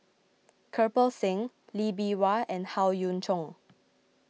Kirpal Singh Lee Bee Wah and Howe Yoon Chong